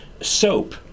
soap